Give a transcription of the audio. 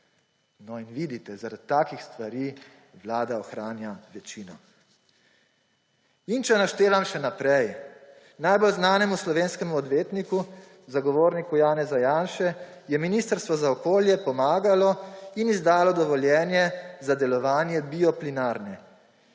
in vidite, zaradi takih stvari vlada ohranja večino. In če naštevam še naprej, najbolj znanemu slovenskemu odvetniku, zagovorniku Janeza Janše, je Ministrstvo za okolje pomagalo in izdalo dovoljenje za delovanje bioplinarne,